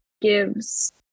gives